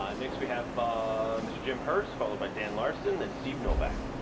um next we have mr. jim hurst followed by dan larson and steve novak.